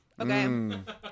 Okay